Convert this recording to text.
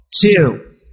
Two